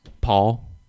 Paul